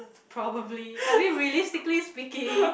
probably I mean realistically speaking